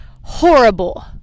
horrible